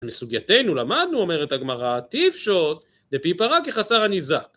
מסוגייתנו למדנו, אומרת הגמרא, תפשוט דפי פרה כחצר הנזק.